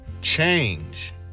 change